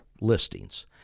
listings